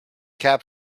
cap